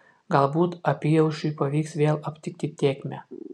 galbūt apyaušriui pavyks vėl aptikti tėkmę